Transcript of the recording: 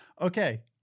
okay